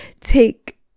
take